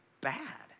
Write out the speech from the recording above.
bad